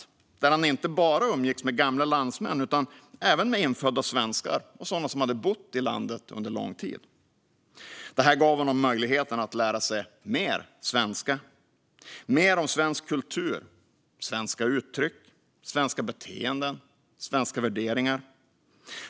Där umgicks han inte bara med gamla landsmän utan även med infödda svenskar och sådana som hade bott i Sverige under lång tid. Det här gav honom möjligheten att lära sig mer svenska och mer om svensk kultur, svenska uttryck, svenska beteenden och svenska värderingar.